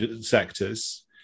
sectors